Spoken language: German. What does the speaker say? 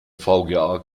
vga